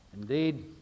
Indeed